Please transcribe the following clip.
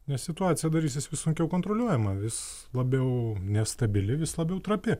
nes situacija darysis vis sunkiau kontroliuojama vis labiau nestabili vis labiau trapi